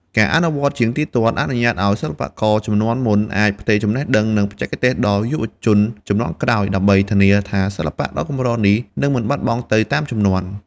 ការអនុវត្តជាទៀងទាត់អនុញ្ញាតឱ្យសិល្បករជំនាន់មុនអាចផ្ទេរចំណេះដឹង និងបច្ចេកទេសដល់យុវជនជំនាន់ក្រោយ ដើម្បីធានាថាសិល្បៈដ៏កម្រនេះនឹងមិនបាត់បង់ទៅតាមជំនាន់។